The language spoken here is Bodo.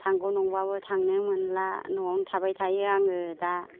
थांगौ नंबाबो थांनो मोनला न'आवनो थाबाय थायो आङो दा